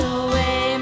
away